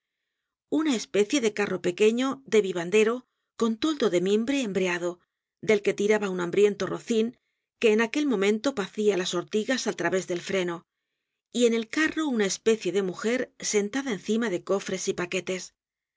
una especie de carro pequeño de vivandero con toldo de mimbre embreado del que tiraba un hambriento rocin que en aquel momento pacia las ortigas al través del freno y en el carro una especie de mujer sentada encima de cofres y paquetes